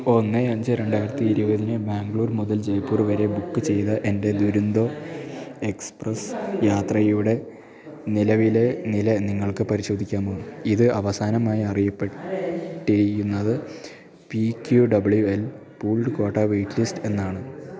ഒന്ന് അഞ്ച് രണ്ടായിരത്തി ഇരുപതിന് ബാംഗ്ലൂർ മുതൽ ജയ്പൂർ വരെ ബുക്ക് ചെയ്ത എൻ്റെ ദുരന്തമോ എക്സ്പ്രസ്സ് യാത്രയുടെ നിലവിലെ നില നിങ്ങൾക്ക് പരിശോധിക്കാമോ ഇത് അവസാനമായി അറിയപ്പെട്ടിരുന്നത് P T U W L pooled quota wait list എന്നാണ്